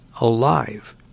alive